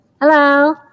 Hello